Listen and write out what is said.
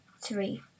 three